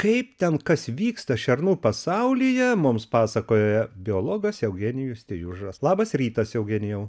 kaip ten kas vyksta šernų pasaulyje mums pasakoja biologas eugenijus tijužas labas rytas eugenijau